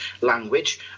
language